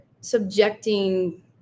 subjecting